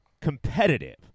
competitive